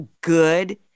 good